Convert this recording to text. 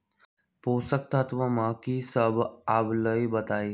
पोषक तत्व म की सब आबलई बताई?